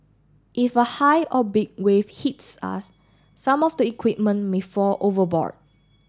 if a high or big wave hits us some of the equipment may fall overboard